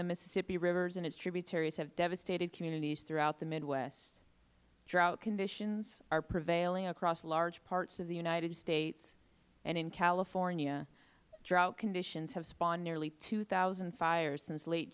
the mississippi river and its tributaries have devastated communities throughout the midwest drought conditions are prevailing across large parts of the united states and in california drought conditions have spawned nearly two thousand fires since late